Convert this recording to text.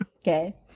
Okay